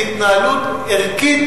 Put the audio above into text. זו התנהלות ערכית,